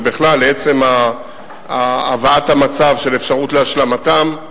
ובכלל לעצם הבאת המצב לאפשרות להשלמתן.